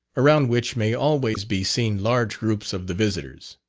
around which may always be seen large groups of the visitors.